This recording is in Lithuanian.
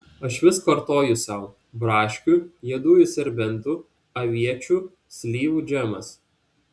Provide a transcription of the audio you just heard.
aš vis kartoju sau braškių juodųjų serbentų aviečių slyvų džemas